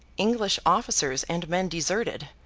english officers and men deserted,